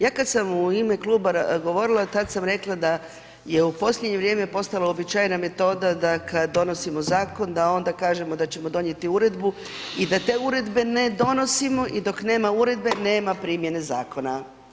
Ja kad sam u ime kluba govorila tad sam rekla da je u posljednje vrijeme postalo uobičajena metoda da kad donosimo zakon da onda kažemo da ćemo donijeti uredbu i da te uredbe ne donosimo i dok nema uredbe nema primjene zakona.